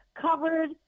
covered